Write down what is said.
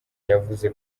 yavuze